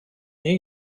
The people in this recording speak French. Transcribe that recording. new